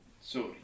Sorry